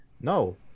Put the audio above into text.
No